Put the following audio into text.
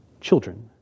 children